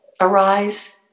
arise